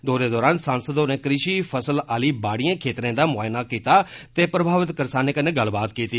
दौरे दौरान सांसद होरें कृशि फसलें आली बाडिएं खेतरें दा मुआयना कीता ते प्रमावित करसानें कन्नै गल्लबात कीती